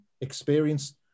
experience